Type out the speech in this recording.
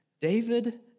David